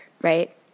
Right